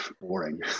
boring